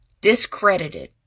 discredited